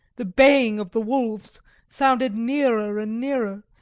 the baying of the wolves sounded nearer and nearer,